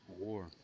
War